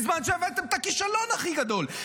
בזמן שהבאתם את הכישלון הכי גדול.